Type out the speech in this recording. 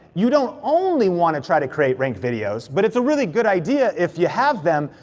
you don't only wanna try to create ranked videos, but it's a really good idea if you have them,